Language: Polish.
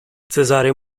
cezary